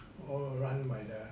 all run by the